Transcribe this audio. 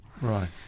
Right